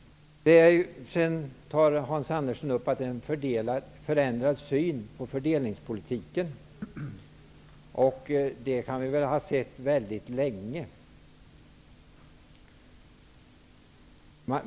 Vidare talade Hans Andersson om en förändrad syn på fördelningspolitiken. Det har vi sett väldigt länge.